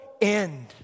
end